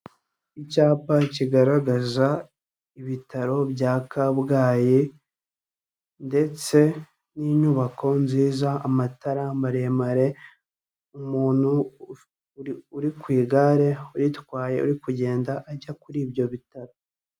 Icyapa kigaragaza ibitaro bya Kabgayi, ndetse n'inyubako nziza, amatara maremare, umuntu uri ku igare uritwaye uri kugenda ajya kuri ibyo bitaro.